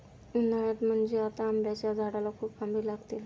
उन्हाळ्यात म्हणजे आता आंब्याच्या झाडाला खूप आंबे लागतील